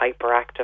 hyperactive